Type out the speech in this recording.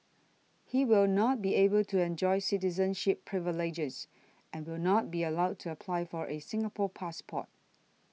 he will not be able to enjoy citizenship privileges and will not be allowed to apply for a Singapore passport